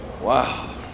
Wow